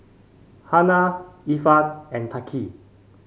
Hana Irfan and Thaqif